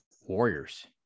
warriors